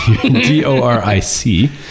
D-O-R-I-C